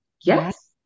Yes